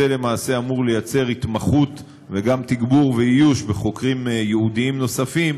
זה למעשה אמור ליצור התמחות וגם תגבור ואיוש בחוקרים ייעודיים נוספים,